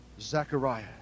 Zechariah